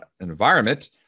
environment